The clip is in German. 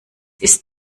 isst